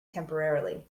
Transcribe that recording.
temporarily